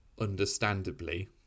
understandably